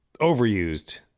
overused